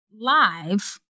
live